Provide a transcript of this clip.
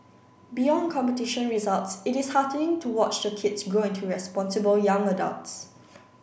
beyond competition results it is heartening to watch the kids grow into responsible young adults